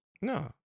No